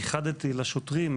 ייחדתי לשוטרים,